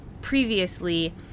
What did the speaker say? previously